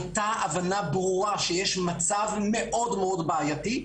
הייתה הבנה ברורה שיש מצב מאוד-מאוד בעייתי.